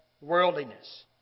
worldliness